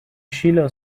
شیلا